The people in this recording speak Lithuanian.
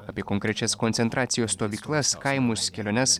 apie konkrečias koncentracijos stovyklas kaimus keliones